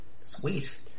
Sweet